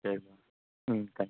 சரி ம் தேங்க்ஸ்